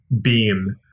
beam